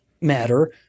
matter